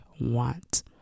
want